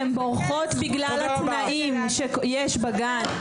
הן בורחות בגלל התנאים שיש בגן.